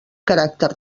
caràcter